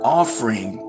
offering